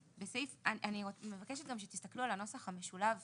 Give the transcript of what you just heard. אני מבקשת שתסתכלו גם על הנוסח המשולב שהנחנו,